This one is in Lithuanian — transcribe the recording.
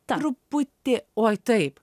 truputį oi taip